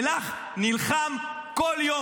שלך, נלחם כל יום.